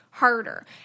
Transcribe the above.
harder